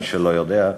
מי שלא יודע,